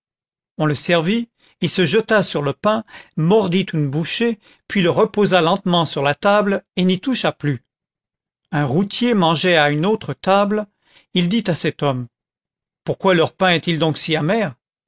on le servit il se jeta sur le pain mordit une bouchée puis le reposa lentement sur la table et n'y toucha plus un routier mangeait à une autre table il dit à cet homme pourquoi leur pain est-il donc si amer